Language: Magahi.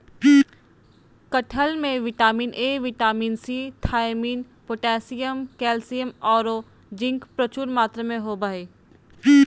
कटहल में vitamin A, vitamin C, thiamine, potassium, calcium औरो जिंक प्रचुर मात्रा में होबा हइ